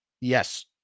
Yes